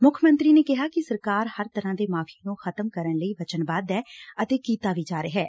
ਮੁੱਖ ਮੰਤਰੀ ਨੇ ਕਿਹਾ ਕਿ ਸਰਕਾਰ ਹਰ ਤਰ੍ਹਾਂ ਦੇ ਮਾਫ਼ੀਏ ਨੂੰ ਖ਼ਤਮ ਕਰਨ ਲਈ ਵਚਨਬੱਧ ਐ ਅਤੇ ਕੀਤਾ ਵੀ ਜਾ ਰਿਹੈ